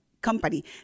company